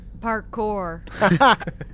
parkour